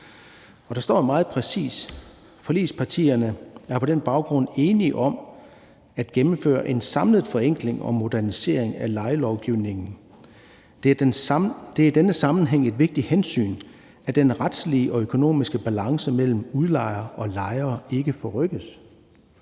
der står meget præcist: Forligspartierne er på den baggrund enige om at gennemføre en samlet forenkling og modernisering af lejelovgivningen. Det er i denne sammenhæng et vigtigt hensyn, at den retlige og økonomiske balance mellem udlejere og lejere ikke forrykkes.